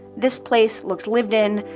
this place looks lived in.